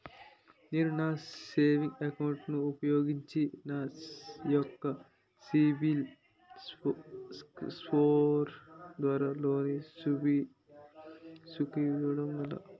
నేను నా savings account ను ఉపయోగించి నా యెక్క సిబిల్ స్కోర్ ద్వారా లోన్తీ సుకోవడం ఎలా?